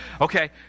Okay